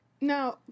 Now